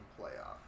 playoff